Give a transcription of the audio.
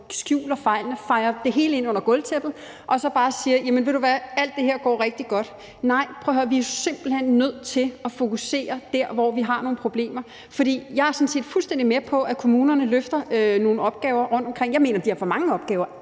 skjuler fejlene, fejer det hele ind under gulvtæppet og bare siger, at alt det her går rigtig godt. Nej, prøv at høre: Vi er simpelt hen nødt til at fokusere der, hvor vi har nogle problemer. Jeg er sådan set fuldstændig med på, at kommunerne løfter nogle opgaver rundtomkring. Jeg mener, de har for mange opgaver